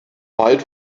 weit